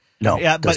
No